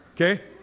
Okay